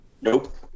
nope